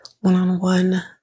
one-on-one